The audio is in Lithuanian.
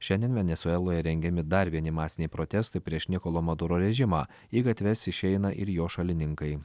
šiandien venesueloje rengiami dar vieni masiniai protestai prieš nikolo maturo režimą į gatves išeina ir jo šalininkai